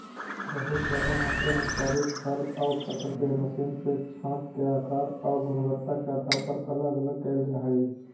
बहुत ज्यादा मात्रा में उत्पादित फल आउ फसल के मशीन से छाँटके आकार आउ गुणवत्ता के आधार पर अलग अलग कैल जा हई